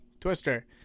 Twister